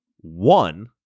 one